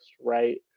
right